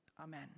Amen